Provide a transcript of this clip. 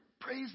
praise